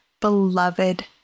beloved